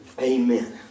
Amen